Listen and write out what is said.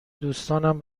دوستانم